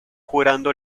jurando